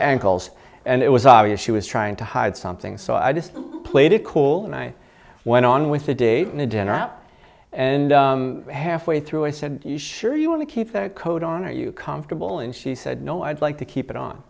ankles and it was obvious she was trying to hide something so i just played it cool and i went on with a date and a dinner out and halfway through i said you sure you want to keep the coat on are you comfortable and she said no i'd like to keep it on